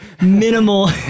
minimal